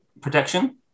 protection